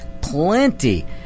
plenty